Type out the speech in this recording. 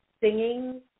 singing